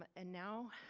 ah and now